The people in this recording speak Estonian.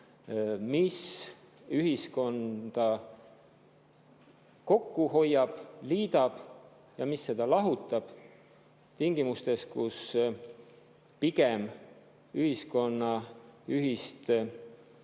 mis ühiskonda koos hoiab, liidab ja mis seda lahutab. Tingimustes, kus ühiskonna ühist